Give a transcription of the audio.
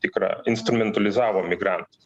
tikrą instrumentalizavo migrantus